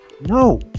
No